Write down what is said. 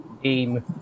game